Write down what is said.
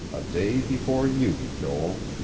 a day before you, joel.